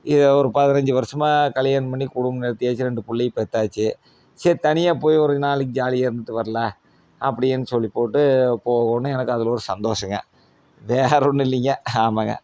இது ஒரு பதினஞ்சு வருஷமாக கல்யாணம் பண்ணி குடும்பம் நடத்தியாச்சு ரெண்டு பிள்ளைய பெற்றாச்சி சரி தனியாக போய் ஒரு நாளைக்கு ஜாலியாக இருந்துட்டு வரலாம் அப்படின்னு சொல்லிப் போட்டு போவோம்னு எனக்கு அதில் ஒரு சந்தோஷம்ங்க வேறு ஒன்றும் இல்லைங்க ஆமாங்க